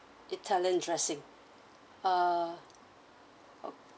italian dressing uh okay